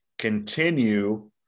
continue